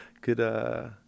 good